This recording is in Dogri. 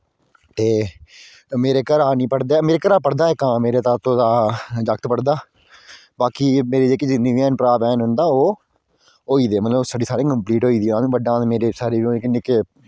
ते मेरे घरा पढ़दा आं मेरे तातो दा इक जागत पढ़दा बाकी जिन्ने बी भैन भ्राऽ न उंदे ओह् सारी दी कम्पलीट होई ते सारे कशा बड्डा मेरे